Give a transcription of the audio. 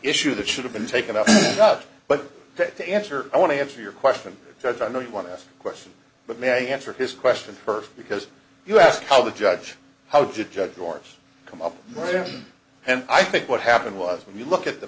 issue that should have been taken up but to answer i want to answer your question because i know you want to ask a question but may answer his question first because you asked how the judge how did judge orders come up then and i think what happened was when you look at the